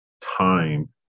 time